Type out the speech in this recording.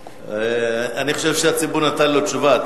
אני חושב שהציבור נתן לו תשובה.